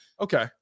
okay